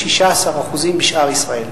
16% בשאר ישראל,